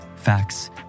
Facts